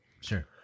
Sure